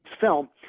film